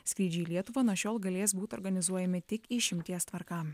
skrydžiai į lietuvą nuo šiol galės būt organizuojami tik išimties tvarka